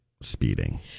speeding